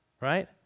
right